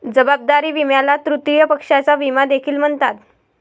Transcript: जबाबदारी विम्याला तृतीय पक्षाचा विमा देखील म्हणतात